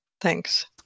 Thanks